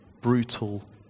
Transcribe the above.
brutal